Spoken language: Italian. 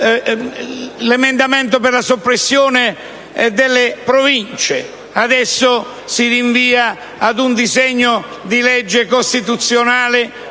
l'emendamento per la soppressione delle Province. Adesso si rinvia ad un disegno di legge costituzionale,